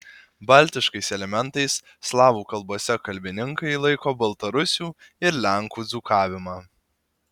baltiškais elementais slavų kalbose kalbininkai laiko baltarusių ir lenkų dzūkavimą